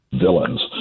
Villains